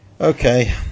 okay